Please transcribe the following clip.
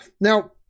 Now